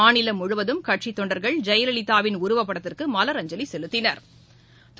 மாநிலம் முழுவதும் கட்சித் தொண்டர்கள் ஜெயலலிதாவின் உருவப்படத்திற்குமலரஞ்சலிசெலுத்தினா்